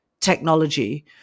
technology